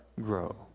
grow